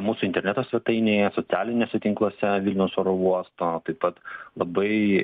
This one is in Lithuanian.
mūsų interneto svetainėje socialiniuose tinkluose vilniaus oro uosto taip pat labai